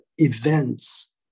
events